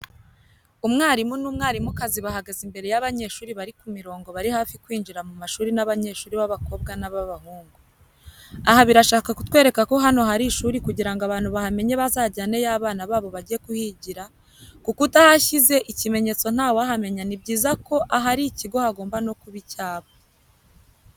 Umwarimu n'umwarimukazi bahagaze imbere yabanyeshuri barikumirongo barihafi kwinjira mumashuri nabanyeshuri babakobwa na babahungu. aha birashaka kutwereka ko hano harishuri kugirango abantu bahamenye bazajyaneyo abana babo bage kuhigira kuko utahashyize ikimenyetso ntawahamenya nibyiza ko ahari ikigo hagomba nokuba icyapa.